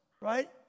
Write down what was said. right